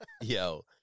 Yo